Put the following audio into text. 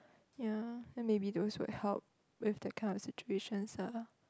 ya then maybe those will help with that kind of situations lah